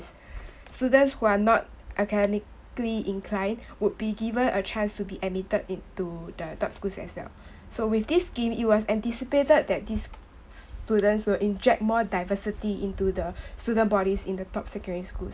students who are not academically inclined would be able given a chance to be admitted into the top schools as well so with this scheme it was anticipated this students would inject more diversity into the student bodies in the top secondary schools